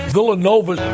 Villanova